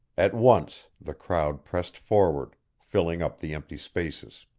at once the crowd pressed forward, filling up the empty spaces.